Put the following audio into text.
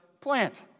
plant